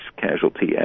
casualty